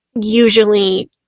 usually